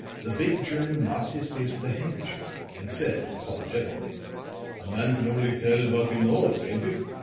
the big german mopped his face with a handkerchief, and said apologetically a man can only tell what he knows, ain't it?